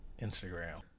Instagram